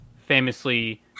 Famously